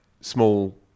small